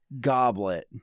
goblet